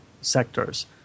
sectors